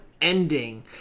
ending